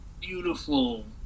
beautiful